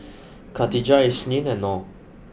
Katijah Isnin and Nor